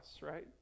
right